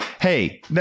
hey